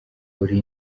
uri